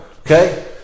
Okay